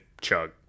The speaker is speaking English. chug